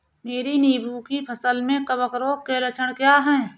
मेरी नींबू की फसल में कवक रोग के लक्षण क्या है?